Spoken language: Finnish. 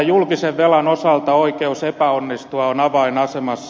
julkisen velan osalta oikeus epäonnistua on avainasemassa